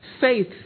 Faith